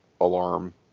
alarm